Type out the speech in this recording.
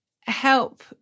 help